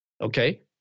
Okay